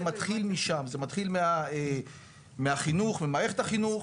מתחיל משם זה מתחיל מהחינוך ומהר את החינוך